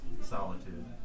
solitude